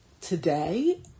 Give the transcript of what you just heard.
today